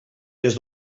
des